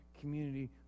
community